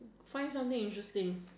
find something interesting